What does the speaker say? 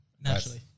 Naturally